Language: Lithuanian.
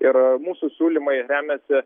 ir mūsų siūlymai remiasi